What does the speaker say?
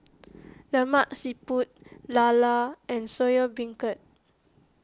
Lemak Siput Llala and Soya Beancurd